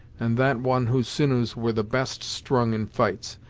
and that one whose sinews were the best strung in fights,